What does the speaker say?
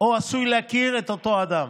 עשוי להכיר את אותו אדם.